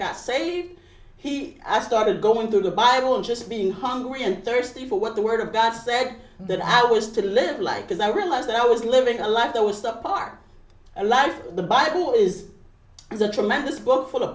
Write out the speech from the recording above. got saved he i started going to the bible and just being hungry and thirsty for what the word of god said that i was to live like because i realized that i was living a life that would stop our life the bible is the tremendous book for the